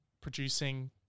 producing